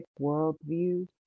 worldviews